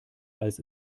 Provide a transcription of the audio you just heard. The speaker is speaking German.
als